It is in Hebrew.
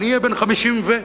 אני אהיה בן 50 ו-,